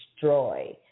destroy